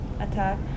attack